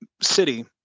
city